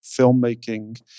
filmmaking